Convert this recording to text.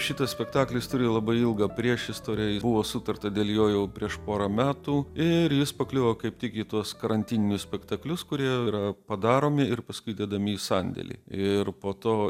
šitas spektaklis turi labai ilgą priešistorę buvo sutarta dėl jo jau prieš porą metų ir jis pakliuvo kaip tik į tuos karantininius spektaklius kurie yra padaromi ir paskui dedami į sandėlį ir po to